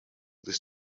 this